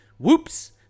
Whoops